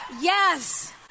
Yes